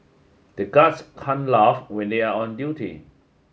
the guards can't laugh when they are on duty